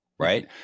Right